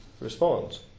responds